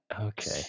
Okay